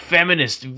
Feminist